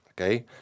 Okay